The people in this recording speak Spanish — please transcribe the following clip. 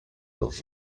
los